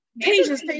Pages